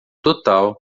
total